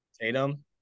Tatum